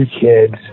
kids